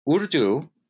Urdu